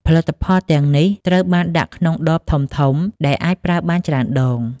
ផលិតផលទាំងនេះត្រូវបានដាក់ក្នុងដបធំៗដែលអាចប្រើបានច្រើនដង។